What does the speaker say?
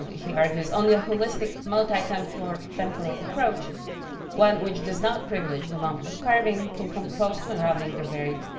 he argues only a holistic multi-temporal ah multi-temporal approach one which does not privilege and the moment of carving, can come close to unraveling the varied